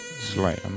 slam